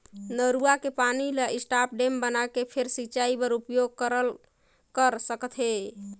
नरूवा के पानी ल स्टॉप डेम बनाके फेर सिंचई बर उपयोग कर सकथे